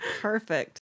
Perfect